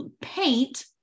paint